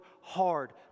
hard